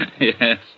Yes